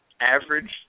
average